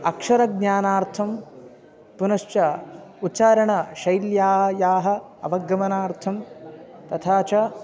अक्षरज्ञानार्थं पुनश्च उच्चारणशैल्या याः अवगमनार्थं तथा च